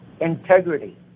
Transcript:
integrity